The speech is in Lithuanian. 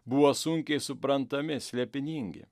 buvo sunkiai suprantami slėpiningi